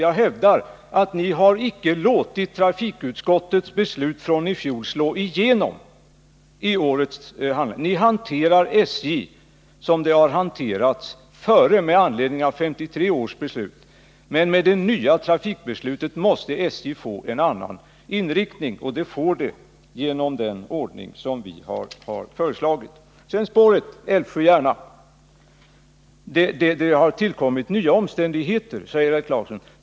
Jag hävdar att ni icke har låtit trafikutskottets ställningstagande från i fjol slå igenom i årets handläggning. Ni hanterar SJ så som det har hanterats tidigare med anledning av 1963 års beslut. Men med det nya trafikpolitiska beslutet måste SJ få en annan inriktning, och det får det genom den ordning som vi har föreslagit. Sedan dubbelspåret på sträckan Älvsjö-Järna. Det har tillkommit nya omständigheter, säger herr Clarkson.